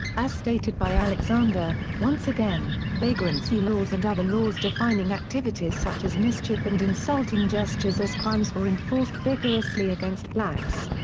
as stated by alexander, once again, vagrancy laws and other laws defining activities such as mischief and insulting gestures as crimes were enforced vigorously against blacks.